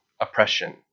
oppression